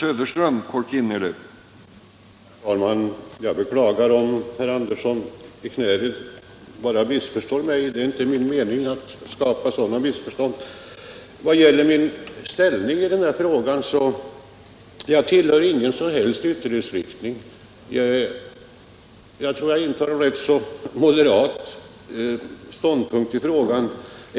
Herr talman! Jag beklagar att herr Andersson i Knäred missförstår mig. Det är inte min mening att skapa sådana missförstånd. Vad gäller min ställning så tillhör jag inte någon som helst ytterlighetsriktning utan tror att jag intar en rätt moderat ståndpunkt i frågan.